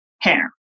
hair